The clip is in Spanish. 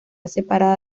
separada